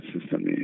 system